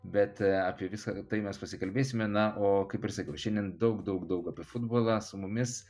bet apie visa tai mes pasikalbėsime na o kaip ir sakiau šiandien daug daug daug apie futbolą su mumis